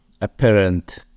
apparent